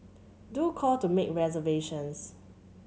do call to make reservations